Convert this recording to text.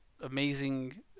amazing